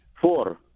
Four